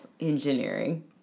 engineering